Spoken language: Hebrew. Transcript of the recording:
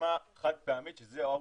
וסיסמה חד פעמית שזה OTP,